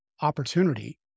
opportunity